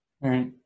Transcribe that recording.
right